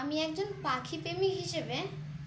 আমি একজন পাখি প্রেমিক হিসেবে